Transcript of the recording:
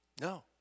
No